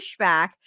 pushback